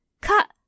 Cut